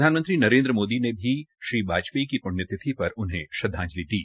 प्रधानमंत्री नरेन्द्र मोदी ने भी श्री वाजपेयी की प्ण्यतिथि पर उन्हें श्रद्वांजलि दी